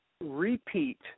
repeat